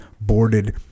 boarded